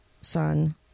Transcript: son